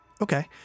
okay